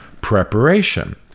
preparation